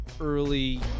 early